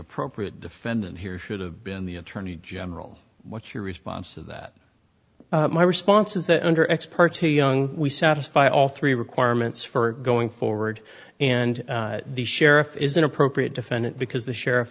appropriate defendant here should have been the attorney general what's your response to that my response is that under ex parte young we satisfy all three requirements for going forward and the sheriff is an appropriate defendant because the sheriff